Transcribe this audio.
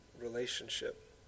relationship